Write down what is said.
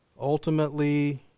Ultimately